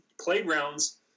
playgrounds